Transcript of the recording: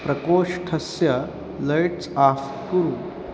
प्रकोष्ठस्य lights off कुरु